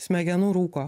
smegenų rūko